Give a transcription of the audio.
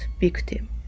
victim